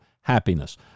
happiness